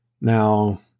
Now